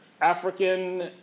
African